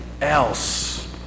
else